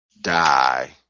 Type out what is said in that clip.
die